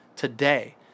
today